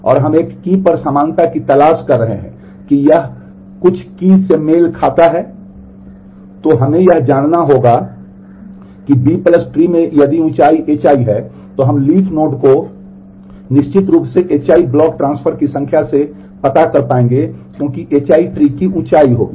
तो हमें यह जानना होगा कि B Tree में यदि ऊँचाई hi है तो हम लीफ नोड को निश्चित रूप से hi ब्लॉक ट्रांसफर की संख्या से पता कर पाएंगे क्योंकि hi Tree की ऊँचाई होगी